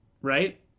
Right